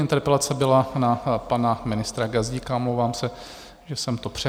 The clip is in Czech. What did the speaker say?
Interpelace byla na pana ministra Gazdíka, omlouvám se, že jsem to přehodil.